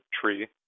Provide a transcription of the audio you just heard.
tree